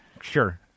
Sure